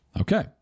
Okay